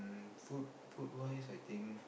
mm food food wise I think